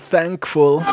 Thankful